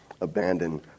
abandoned